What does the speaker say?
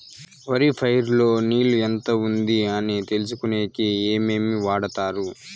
వరి పైరు లో నీళ్లు ఎంత ఉంది అని తెలుసుకునేకి ఏమేమి వాడతారు?